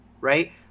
right